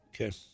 Okay